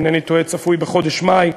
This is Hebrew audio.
אם אינני טועה הצפוי בחודש מאי.